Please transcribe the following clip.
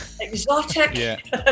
Exotic